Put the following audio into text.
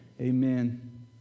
Amen